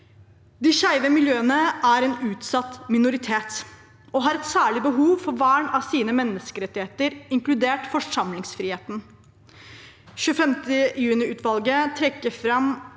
De skeive miljøene er en utsatt minoritet og har et særlig behov for vern av sine menneskerettigheter, inkludert forsamlingsfriheten. 25. juni-utvalget trekker fram